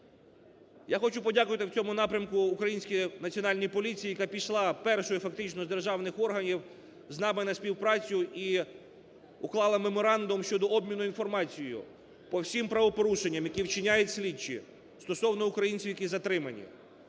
Я хочу подякувати в цьому напрямку українській Національній поліції, яка пішла (першої фактично з державних органів) з нами на співпрацю і уклала меморандум щодо обміну інформацією по всім правопорушенням, які вчиняють слідчі стосовно українців, які затримані.